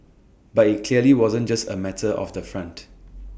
but IT clearly wasn't just A matter of the font